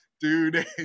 Dude